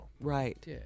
Right